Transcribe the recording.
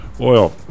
oil